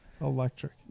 electric